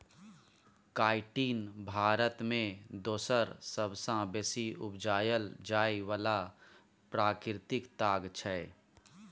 chitin Bharat मे दोसर सबसँ बेसी उपजाएल जाइ बला प्राकृतिक ताग छै